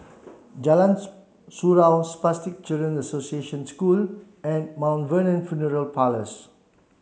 Jalan Surau Spastic Children's Association School and Mount Vernon Funeral Parlours